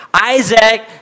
Isaac